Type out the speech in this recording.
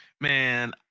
Man